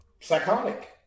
psychotic